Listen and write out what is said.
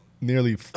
nearly